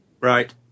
right